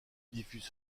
diffuse